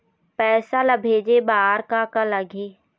पैसा ला भेजे बार का का लगही?